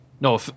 No